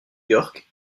york